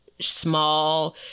small